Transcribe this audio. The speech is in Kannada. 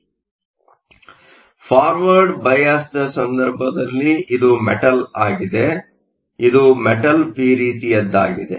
ಆದ್ದರಿಂದ ಫಾರ್ವರ್ಡ್ ಬೈಅಸ್ನ ಸಂದರ್ಭದಲ್ಲಿ ಇದು ಮೆಟಲ್ ಆಗಿದೆ ಇದು ಪಿ ರೀತಿಯದ್ದಾಗಿದೆ